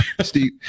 Steve